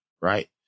Right